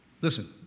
Listen